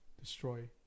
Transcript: destroy